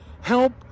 help